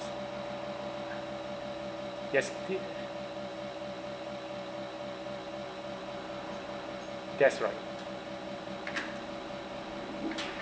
yes that's right